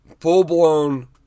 full-blown